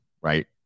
right